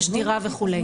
יש דירה לבידוד וכולי.